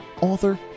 author